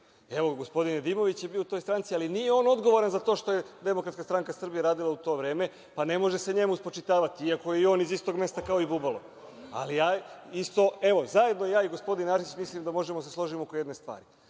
Evo, gospodin Nedimović je bio u toj stranci, ali nije on odgovoran što je DS radila u to vreme, pa ne može se njemu spočitavati, iako je on iz istog mesta kao i Bubalo. Evo, zajedno ja i gospodin Arsić mislim da možemo da se složimo oko jedne stvari,